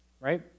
Right